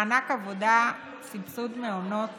מענק עבודה וסבסוד מעונות